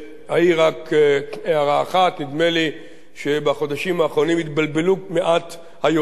אעיר רק הערה אחת: נדמה לי שבחודשים האחרונים התבלבלו מעט היוצרות,